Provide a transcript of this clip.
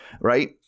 Right